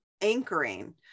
anchoring